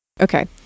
Okay